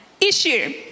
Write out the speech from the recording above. issue